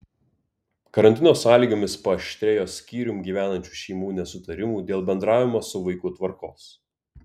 karantino sąlygomis paaštrėjo skyrium gyvenančių šeimų nesutarimų dėl bendravimo su vaiku tvarkos